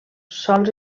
sols